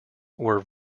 were